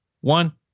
one